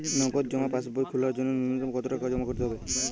নগদ জমা পাসবই খোলার জন্য নূন্যতম কতো টাকা জমা করতে হবে?